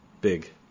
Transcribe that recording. big